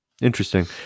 interesting